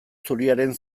zuriaren